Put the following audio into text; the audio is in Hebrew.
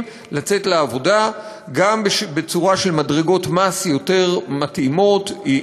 לצאת לעבודה גם בצורה של מדרגות מס מתאימות יותר,